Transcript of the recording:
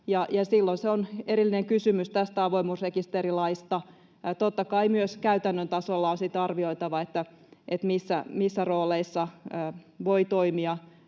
silloin se on erillinen kysymys tästä avoimuusrekisterilaista. Totta kai myös käytännön tasolla on arvioitava sitä, missä rooleissa voi toimia